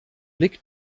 blick